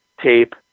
tape